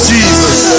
Jesus